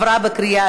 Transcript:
נתקבל.